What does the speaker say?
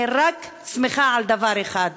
אני רק שמחה על דבר אחד,